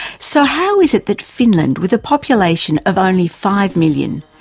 so how is it that finland, with a population of only five million,